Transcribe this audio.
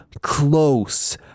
close